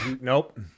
nope